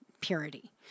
purity